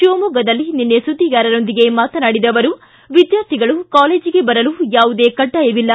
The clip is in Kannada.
ಶಿವಮೊಗ್ಗದಲ್ಲಿ ನಿನ್ನೆ ಸುದ್ದಿಗಾರರೊಂದಿಗೆ ಮಾತನಾಡಿದ ಅವರು ವಿದ್ವಾರ್ಥಿಗಳು ಕಾಲೇಜಿಗೆ ಬರಲು ಯಾವುದೇ ಕಡ್ಡಾಯವಿಲ್ಲ